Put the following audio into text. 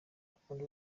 akunda